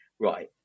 right